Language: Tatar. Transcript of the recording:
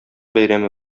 бәйрәме